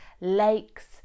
lakes